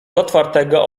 otwartego